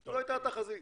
זאת הייתה התחזית.